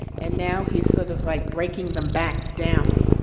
and now he's sort of like breaking them back down